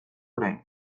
orain